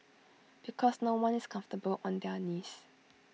because no one is comfortable on their knees